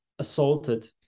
Assaulted